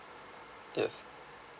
yes